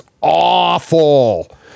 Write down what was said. awful